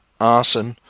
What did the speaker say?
arson